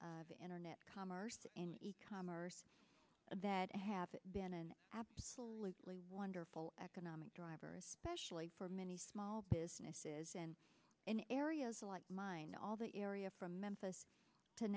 of internet commerce in e commerce that have been an absolutely wonderful economic driver specially for many small businesses and in areas like mine all the area from